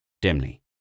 Dimly